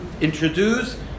introduce